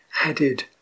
added